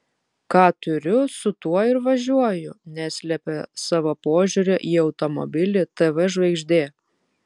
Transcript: ką turiu su tuo ir važiuoju neslepia savo požiūrio į automobilį tv žvaigždė